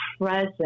present